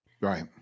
Right